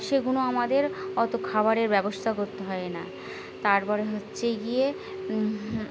সেগুলো আমাদের অত খাবারের ব্যবস্থা করতে হয় না তারপরে হচ্ছে গিয়ে